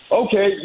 okay